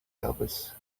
elvis